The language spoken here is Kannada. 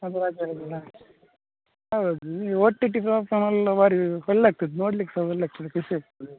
ಹೌದು ಈ ಓ ಟಿ ಟಿ ಫ್ಲಾಟ್ಫಾರ್ಮ್ ಎಲ್ಲ ಬಾರಿ ಒಳ್ಳೆ ಆಗ್ತದೆ ನೋಡ್ಲಿಕ್ಕೆ ಸಹ ಒಳ್ಳೆ ಆಗ್ತದೆ ಖುಷಿ ಆಗ್ತದೆ